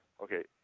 okay